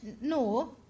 no